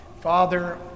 Father